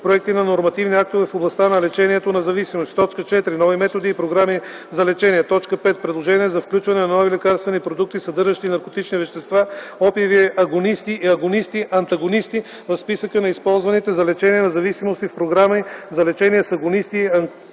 проекти на нормативни актове в областта на лечението на зависимости; 4. нови методи и програми за лечение; 5. предложения за включване на нови лекарствени продукти, съдържащи наркотични вещества (опиеви агонисти и агонисти-антагонисти) в списъка на използваните за лечение на зависимости в програми за лечение с агонисти и агонист-антагонисти;